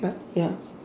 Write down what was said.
but ya